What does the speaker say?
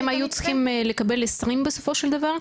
הם היו צריכים לקבל 20 בסופו של דבר?